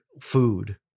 food